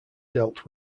dealt